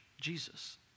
Jesus